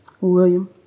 William